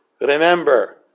Remember